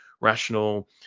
rational